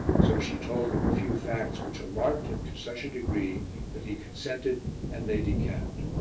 so she told him a few facts which alarmed him to such a degree that he consented and they decamped.